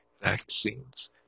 vaccines